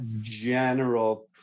general